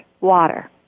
water